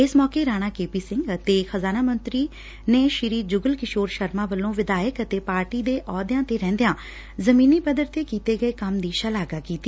ਇਸ ਮੌਕੇ ਰਾਣਾ ਕੇ ਪੀ ਸਿੰਘ ਅਤੇ ਖ਼ਜਾਨਾ ਮੰਤਰੀ ਨੇ ਸ੍ਰੀ ਜੁਗਲ ਕਿਸੌਰ ਸ਼ਰਮਾ ਵੱਲੋ ਵਿਧਾਇਕ ਅਤੇ ਪਾਰਟੀ ਦੇ ਅਹੱਦਿਆਂ ਤੇ ਰਹਿੰਦਿਆਂ ਜੁਮੀਨੀ ਪੱਧਰ ਤੇ ਕੀਤੇ ਗਏ ਕੰਮ ਦੀ ਸ਼ਲਾਘਾ ਕੀਤੀ